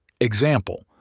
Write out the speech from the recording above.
Example